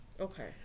Okay